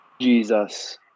Jesus